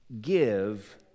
give